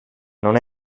non